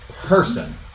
person